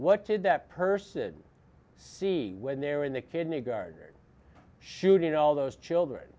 what did that person see when they're in the kidney guard shooting all those children